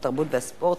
התרבות והספורט,